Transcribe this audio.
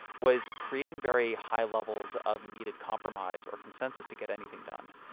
was creating very high levels of needed compromise or consensus to get anything done.